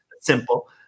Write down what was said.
simple